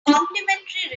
complimentary